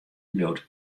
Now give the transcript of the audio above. bliuwt